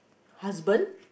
husband